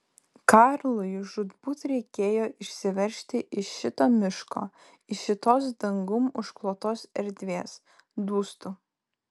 karlui žūtbūt reikėjo išsiveržti iš šito miško iš šitos dangum užklotos erdvės dūstu